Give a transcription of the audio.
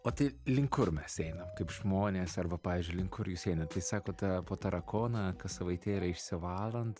o tai link kur mes einam kaip žmonės arba pavyzdžiui link kur jūs einat tai sakot po tarakoną kas savaitėlę išsivalant